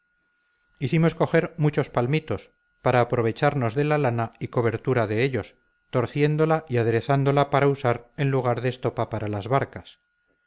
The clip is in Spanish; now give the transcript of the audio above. hicimos coger muchos palmitos para aprovecharnos de la lana y cobertura de ellos torciéndola y aderezándola para usar en lugar de estopa para las barcas